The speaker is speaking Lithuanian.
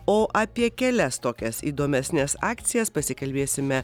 o apie kelias tokias įdomesnes akcijas pasikalbėsime